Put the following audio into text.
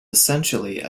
essentially